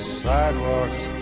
sidewalks